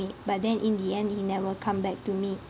but then in the end he never come back to me